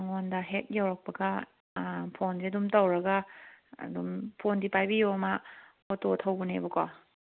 ꯃꯉꯣꯟꯗ ꯍꯦꯛ ꯌꯧꯔꯛꯄꯒ ꯐꯣꯟꯁꯤ ꯑꯗꯨꯝ ꯇꯧꯔꯒ ꯑꯗꯨꯝ ꯐꯣꯟꯗꯤ ꯄꯥꯏꯕꯤꯌꯣ ꯃꯥ ꯑꯣꯇꯣ ꯊꯧꯕꯅꯦꯕꯀꯣ